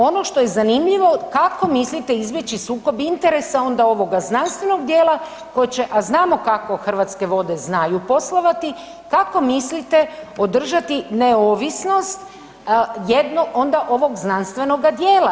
Ono što je zanimljivo, kako mislite izbjeći sukob interesa onda ovog znanstvenog djela koji će, a znamo kako Hrvatske vode znaju poslovati, kako mislite održati neovisnost jednu onda ovog znanstvenoga djela?